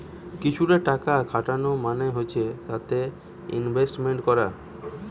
কিছুতে টাকা খাটানো মানে হচ্ছে তাতে ইনভেস্টমেন্ট করা